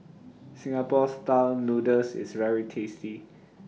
Singapore Style Noodles IS very tasty